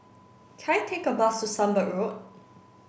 can I take a bus to Sunbird Road